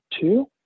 two